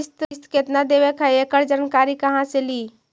किस्त केत्ना देबे के है एकड़ जानकारी कहा से ली?